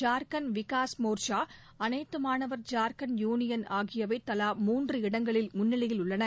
ஜா்க்கண்ட் விகாஷ் மோ்ச்சா அனைத்து மாணவர் ஜா்க்கண்ட் யுனியன் ஆகியவை தவா மூன்று இடங்களில் முன்னிலையில் உள்ளன